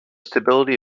stability